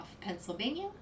pennsylvania